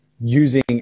using